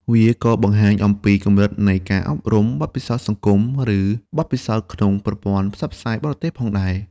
វាក៏បង្ហាញអំពីកម្រិតនៃការអប់រំ បទពិសោធន៍សង្គម ឬបទពិសោធន៍ក្នុងប្រព័ន្ធផ្សព្វផ្សាយបរទេសផងដែរ។